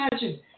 imagine